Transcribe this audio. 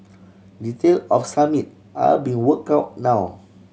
detail of Summit are are be work out now